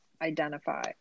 identify